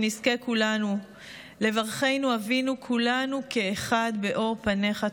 שנזכה כולנו ל"ברכנו אבינו כלנו כאחד באור פניך".